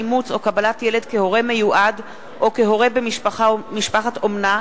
אימוץ או קבלת ילד כהורה מיועד או כהורה במשפחת אומנה),